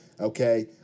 Okay